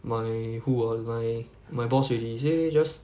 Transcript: my who ah my my boss already say just